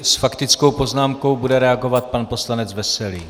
S faktickou poznámkou bude reagovat pan poslanec Veselý.